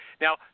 now